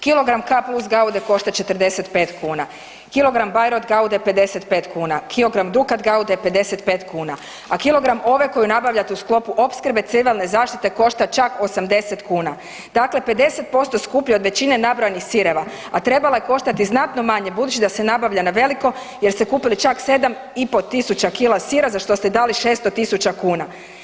Kilogram Kplus Gaude košta 45 kuna, kilogram Bayreuth Gaude 55 kuna, kilogram Dukat Gaude 55 kuna, a kilogram ove koju nabavljate u sklopu opskrbe civilne zaštite košta čak 80 kuna, dakle 50% skuplje od većine nabrojanih sireva, a trebala je koštati znatno manje budući da se nabavlja na veliko jer ste kupili čak 7,5 tisuća kila sira za što ste dali 600.000 kuna.